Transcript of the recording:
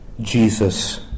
Jesus